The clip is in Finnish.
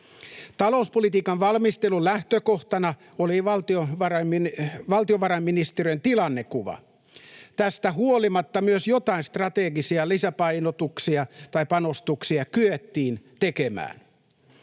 Talouspolitiikan valmistelun lähtökohtana oli valtiovarainministeriön tilannekuva. Tästä huolimatta myös joitain strategisia lisäpanostuksia kyettiin tekemään.